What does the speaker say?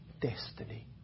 destiny